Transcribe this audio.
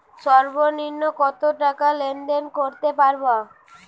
সর্বনিম্ন কত টাকা লেনদেন করতে পারবো?